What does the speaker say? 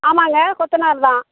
ஆமாம்ங்க கொத்தனார் தான்